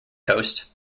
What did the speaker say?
coast